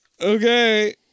Okay